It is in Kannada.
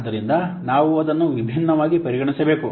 ಆದ್ದರಿಂದ ನಾವು ಅದನ್ನು ವಿಭಿನ್ನವಾಗಿ ಪರಿಗಣಿಸಬೇಕು